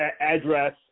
address